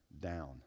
down